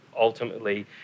ultimately